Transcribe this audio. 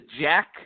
jack